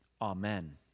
Amen